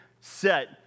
set